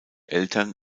eltern